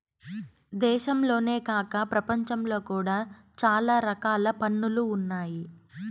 దేశంలోనే కాక ప్రపంచంలో కూడా చాలా రకాల పన్నులు ఉన్నాయి